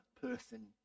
person